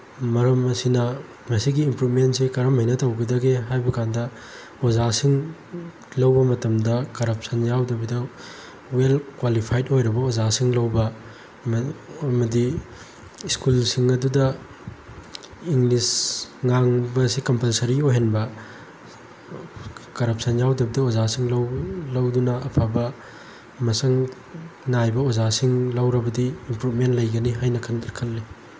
ꯃꯔꯝ ꯑꯁꯤꯅ ꯃꯁꯤꯒꯤ ꯏꯝꯄ꯭ꯔꯨꯞꯃꯦꯟꯁꯦ ꯀꯔꯝ ꯃꯥꯏꯅ ꯇꯧꯒꯗꯒꯦ ꯍꯥꯏꯕ ꯀꯥꯟꯗ ꯑꯣꯖꯥꯁꯤꯡ ꯂꯧꯕ ꯃꯇꯝꯗ ꯀꯔꯞꯁꯟ ꯌꯥꯎꯗꯕꯤꯗ ꯋꯦꯜ ꯀ꯭ꯋꯥꯂꯤꯐꯥꯏꯠ ꯑꯣꯏꯔꯕ ꯑꯣꯖꯥꯁꯤꯡ ꯂꯧꯕ ꯑꯃꯗꯤ ꯁ꯭ꯀꯨꯜꯁꯤꯡ ꯑꯗꯨꯗ ꯏꯪꯂꯤꯁ ꯉꯥꯡꯕꯁꯤ ꯀꯝꯄꯜꯁꯔꯤ ꯑꯣꯏꯍꯟꯕ ꯀꯔꯞꯁꯟ ꯌꯥꯎꯗꯕꯤꯗ ꯑꯣꯖꯁꯤꯡ ꯂꯧꯗꯨꯅ ꯑꯐꯕ ꯃꯁꯛ ꯅꯥꯏꯕ ꯑꯣꯖꯥꯁꯤꯡ ꯂꯧꯔꯕꯗꯤ ꯏꯝꯄ꯭ꯔꯨꯞꯃꯦꯜ ꯂꯩꯒꯅꯤ ꯍꯥꯏꯅ ꯈꯜꯂꯤ